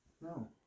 No